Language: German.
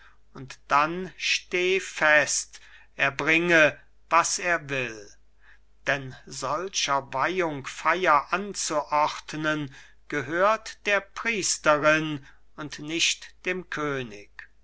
und dann steh fest er bringe was er will denn solcher weihung feier anzuordnen gehört der priesterin und nicht dem könig